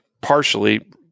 partially